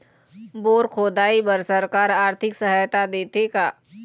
Bore खोदाई बर सरकार आरथिक सहायता देथे का?